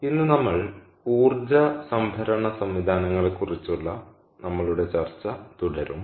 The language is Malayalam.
ഇന്ന് നമ്മൾ ഊർജ്ജ സംഭരണ സംവിധാനങ്ങളെക്കുറിച്ചുള്ള നമ്മളുടെ ചർച്ച തുടരും